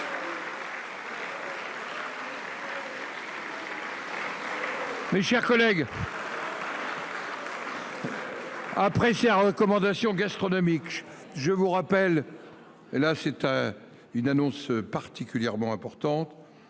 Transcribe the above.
Mes chers collègues. Après ses recommandations gastronomique. Je vous rappelle. Et là c'est un une annonce particulièrement importante